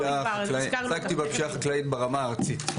אני עסקתי בפשיעה החקלאית ברמה הארצית.